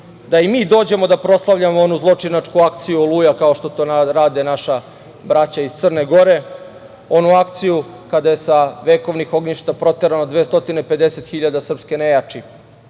da i mi dođemo da proslavljamo onu zločinačku akciju „Oluja“, kao što to rade naša braća iz Crne Gore, onu akciju kada je sa vekovnih ognjišta proterano 250 hiljada srpske nejači